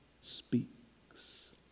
speaks